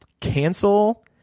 cancel